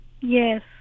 Yes